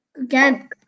again